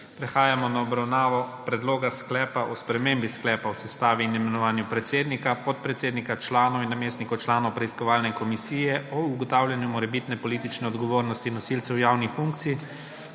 Prehajamo na obravnavo Predloga sklepa o spremembi Sklepa o sestavi in imenovanju predsednika, podpredsednika, članov in namestnikov članov Preiskovalne komisije o ugotavljano morebitne politične odgovornosti nosilcev javnih funkcij